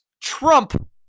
trump